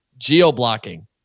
geoblocking